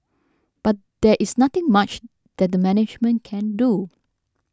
but there is nothing much that the management can do